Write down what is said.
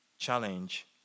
Challenge